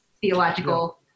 theological